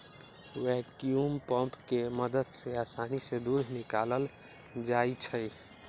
vacuum pump के मदद से आसानी से दूध निकाकलल जाइ छै